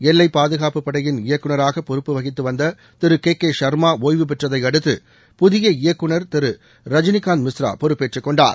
எல்லைப் பாதுகாப்புப்படையின இயக்குநராக பொறுப்பு வகித்துவந்த திரு கே கே ஷகே ஷர்மா ஒய்வுப்பெற்றதை அடுத்து புதிய ் இயக்குநர் திரு ரஜினிகாந்த் மிஸ்ரா பொறுப்பேற்றுக் கொண்டார்